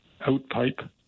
outpipe